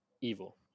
evil